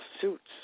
suits